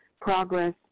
progress